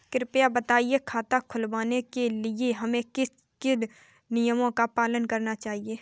कृपया बताएँ खाता खुलवाने के लिए हमें किन किन नियमों का पालन करना चाहिए?